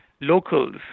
locals